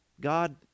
God